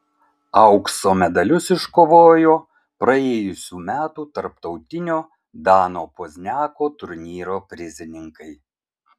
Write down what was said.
aukso medalius iškovojo praėjusių metų tarptautinio dano pozniako turnyro prizininkai